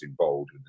involved